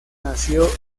nació